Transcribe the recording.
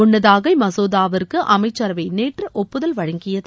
முன்னதாக இம்மசோதாவிற்கு அமைச்சரவை நேற்று ஒப்புதல் வழங்கியது